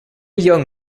young